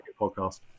podcast